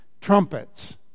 trumpets